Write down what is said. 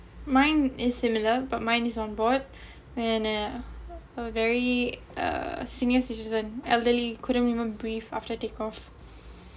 mine is similar but mine is on board and yaah very uh senior citizen elderly couldn't even breathe after take off